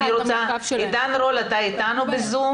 עידן רול, אתה איתנו בזום?